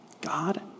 God